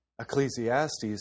Ecclesiastes